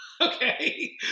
okay